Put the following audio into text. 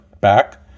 back